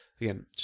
again